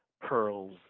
pearls